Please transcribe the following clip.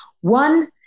One